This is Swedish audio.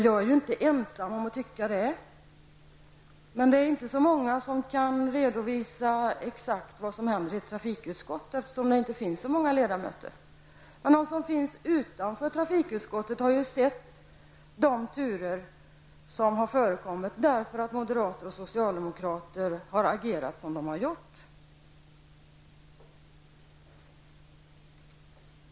Jag är inte ensam om att tycka det. Men det är inte så många som kan redovisa exakt vad som händer i trafikutskottet, eftersom det inte finns så många ledamöter där. Men de som finns utanför utskottet har kunnat ta del av de turer som har förekommit, därför att moderater och socialdemokrater har agerat som de har gjort.